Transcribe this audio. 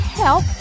help